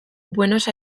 buenos